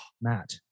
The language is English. Matt